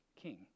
king